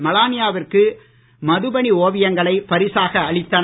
மெலானியாவிற்கு மதுபனி ஓவியங்களை பரிசாக அளித்தனர்